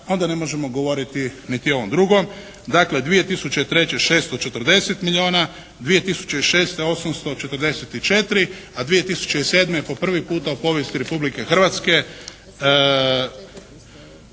onda ne možemo govoriti niti o ovom drugom. Dakle 2003. 640 milijuna, 2006. 844, a 2007. po prvi puta u povijesti Republike Hrvatske